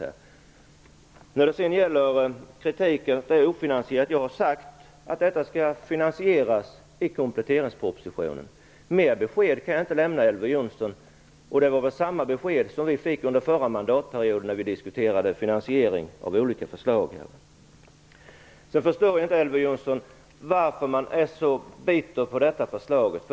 Jag har fått kritik för att förslaget är ofinansierat. Jag har sagt att det skall finansieras i kompletteringspropositionen. Något annat besked kan jag inte lämna Elver Jonsson, och det var väl samma besked som vi fick under förra mandatperioden när vi diskuterade finansiering av olika förslag. Jag förstår inte varför man är så bitter över detta förslag.